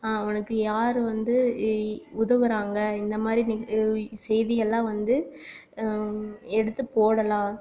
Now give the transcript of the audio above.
அவனுக்கு யார் வந்து உதவுகிறாங்க இந்தமாதிரி செய்தியெல்லாம் வந்து எடுத்து போடலாம்